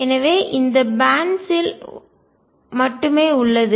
எனவே எனர்ஜிஆற்றல் இந்த பேன்ட்ஸ் யில் பட்டைகள் மட்டுமே உள்ளது